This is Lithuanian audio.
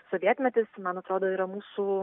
sovietmetis man atrodo yra mūsų